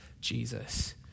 Jesus